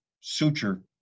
suture